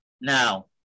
now